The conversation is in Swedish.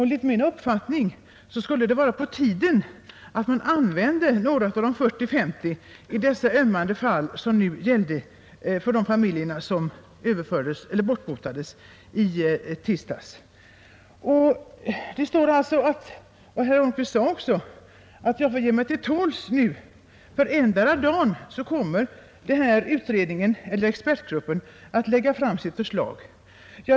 Enligt min uppfattning skulle det vara på tiden att man använde några av de 40—50 i dessa ömmande fall som det nu gäller, dvs. för de familjer som bortmotades i tisdags. Herr Holmqvist sade också att jag får ge mig till tåls nu, för endera dagen kommer expertgruppen att lägga fram sitt förslag.